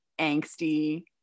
angsty